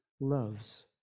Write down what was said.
loves